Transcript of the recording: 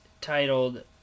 titled